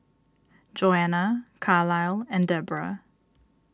Johana Carlisle and Deborah